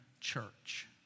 church